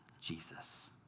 Jesus